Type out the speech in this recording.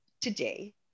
today